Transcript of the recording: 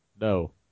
No